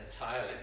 entirely